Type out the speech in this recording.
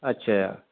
अच्छा